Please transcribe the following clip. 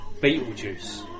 Beetlejuice